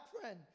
friend